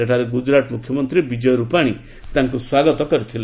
ସେଠାରେ ଗୁଜରାଟ ମୁଖ୍ୟମନ୍ତ୍ରୀ ବିଜୟ ରୂପାଣୀ ତାଙ୍କୁ ସ୍ୱାଗତ କରିଥିଲେ